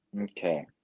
Okay